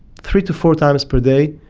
three to four times per day,